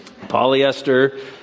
Polyester